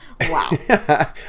Wow